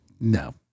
no